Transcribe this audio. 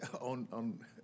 on